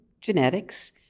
genetics